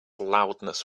loudness